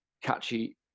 catchy